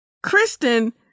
Kristen